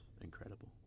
incredible